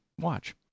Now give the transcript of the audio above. watch